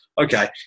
okay